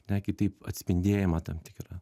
ane kitaip atspindėjimą tam tikrą